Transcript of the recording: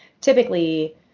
typically